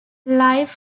live